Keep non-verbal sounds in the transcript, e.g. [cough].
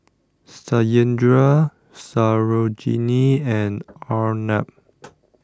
Satyendra Sarojini and Arnab [noise]